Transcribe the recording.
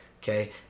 Okay